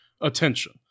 attention